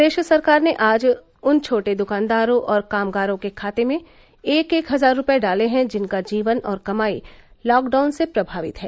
प्रदेश सरकार ने आज उन छोटे द्कानदारों और कामगारों के खाते में एक एक हजार रूपये डाले हैं जिनका जीवन और कमाई लॉकडाउन से प्रभावित है